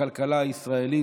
הכלכלה הישראלית.